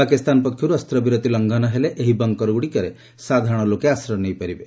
ପାକିସ୍ତାନ ପକ୍ଷରୁ ଅସ୍ତ୍ରବିରତି ଲଂଘନ ହେଲେ ଏହି ବଙ୍କର ଗୁଡ଼ିକରେ ସାଧାରଣ ଲୋକେ ଆଶ୍ରୟ ନେଇପାରିବେ